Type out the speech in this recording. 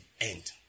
end